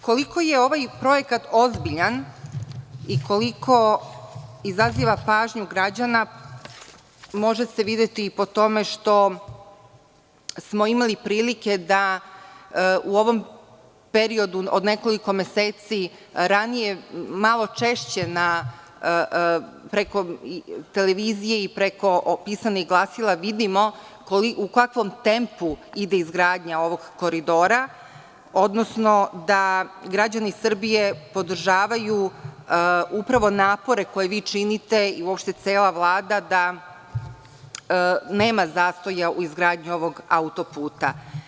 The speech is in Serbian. Koliko je ovaj projekat ozbiljan i koliko izaziva pažnju građana može se videti po tome što smo imali prilike da u ovom periodu od nekoliko meseci ranije, malo češće preko televizije i preko pisanih glasila vidimo kakvim tempom ide izgradnja ovog koridora, odnosno da građani Srbije podržavaju upravo napore koje vi činite, uopšte i cela Vlada, da nema zastoja u izgradnji ovog autoputa.